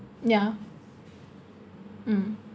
ya mm